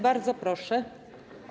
Bardzo proszę.